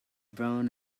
brown